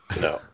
No